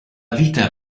vita